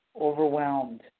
overwhelmed